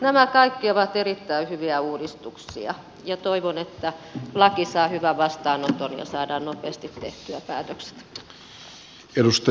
nämä kaikki ovat erittäin hyviä uudistuksia ja toivon että laki saa hyvän vastaanoton ja saadaan nopeasti tehtyä päätökset